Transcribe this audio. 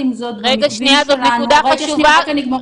זה תלוי?